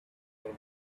over